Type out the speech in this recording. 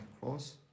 cross